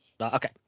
okay